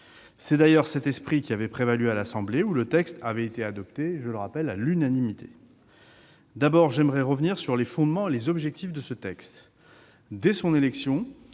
C'est d'ailleurs cet esprit qui avait prévalu à l'Assemblée nationale, où le texte avait été adopté à l'unanimité. J'aimerais revenir sur les fondements et les objectifs de ce texte. Dès son élection,